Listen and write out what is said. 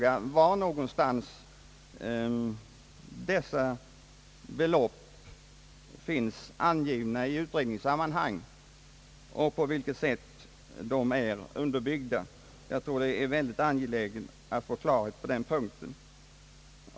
Jag vill fråga herr Mossberger var dessa belopp finns angivna i utredningssammanhang och på vilket sätt uppgifterna är underbyggda. Det är angeläget att få klarhet på den punkten.